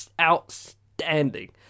outstanding